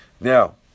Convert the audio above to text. Now